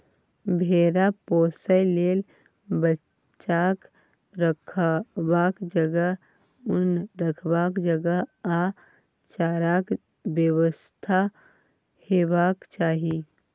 भेरा पोसय लेल बच्चाक रखबाक जगह, उन रखबाक जगह आ चाराक बेबस्था हेबाक चाही